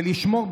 ולשמור,